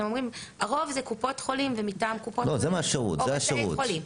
אתם אומרים שרוב השירות הוא מטעם קופות החולים או בתי החולים.